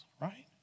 right